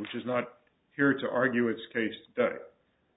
which is not here to argue its case